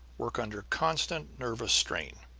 work under constant nervous strain.